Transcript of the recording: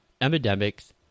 epidemics